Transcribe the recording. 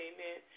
Amen